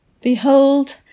Behold